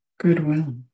goodwill